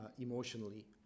emotionally